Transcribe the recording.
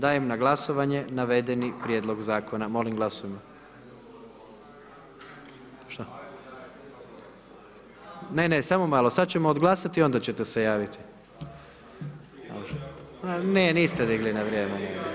Dajem na glasovanje navedeni prijedlog zakona, molim glasujmo. … [[Upadica se ne čuje.]] Ne, ne, samo malo, sad ćemo odglasati i onda ćete se javiti. … [[Upadica se ne čuje.]] Ne, niste digli na vrijeme.